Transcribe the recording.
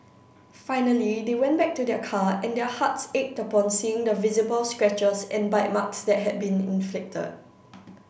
finally they went back to their car and their hearts ached upon seeing the visible scratches and bite marks that had been inflicted